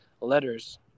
letters